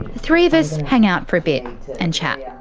and three of us hang out for a bit and chat.